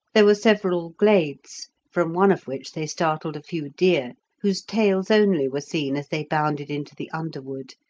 there were several glades, from one of which they startled a few deer, whose tails only were seen as they bounded into the underwood,